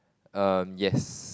um yes